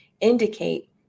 indicate